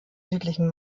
südlichen